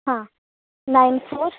हा nine four